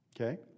Okay